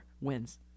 wins